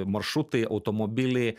maršrutai automobiliai